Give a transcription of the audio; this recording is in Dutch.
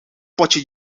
potje